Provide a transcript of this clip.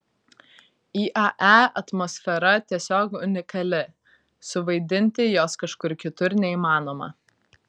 iae atmosfera tiesiog unikali suvaidinti jos kažkur kitur neįmanoma